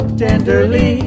tenderly